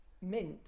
mint